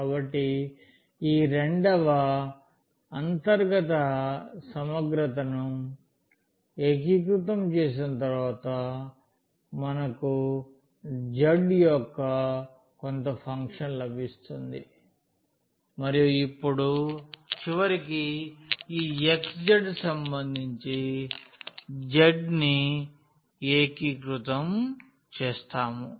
కాబట్టి ఈ రెండవ అంతర్గత సమగ్రతను ఏకీకృతం చేసిన తరువాత మనకు z యొక్క కొంత ఫంక్షన్ లభిస్తుంది మరియు ఇప్పుడు చివరికి ఈ xz సంబంధించి z ను ఏకీకృతం చేస్తాము